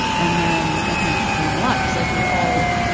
and then my parents would come down a lot because like we were all